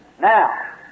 Now